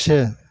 से